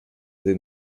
sie